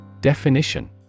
Definition